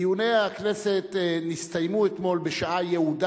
דיוני הכנסת נסתיימו אתמול בשעה יעודה